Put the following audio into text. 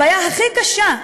הבעיה הכי קשה,